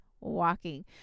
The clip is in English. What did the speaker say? walking